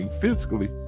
physically